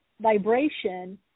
vibration